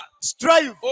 Strive